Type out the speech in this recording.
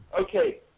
okay